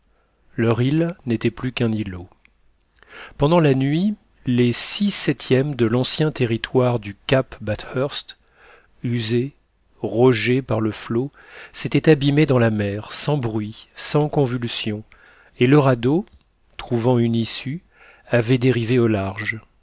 leur île n'était plus qu'un îlot pendant la nuit les six septièmes de l'ancien territoire du cap bathurst usés rogés par le flot s'étaient abîmés dans la mer sans bruit sans convulsion et le radeau trouvant une issue avait dérivé au large